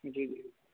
जी